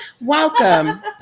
welcome